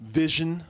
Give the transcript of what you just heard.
vision